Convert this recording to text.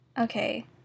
okay